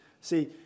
See